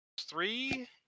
three